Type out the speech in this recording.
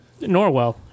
Norwell